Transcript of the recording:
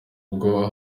ubwo